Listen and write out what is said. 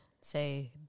say